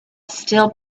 still